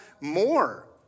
more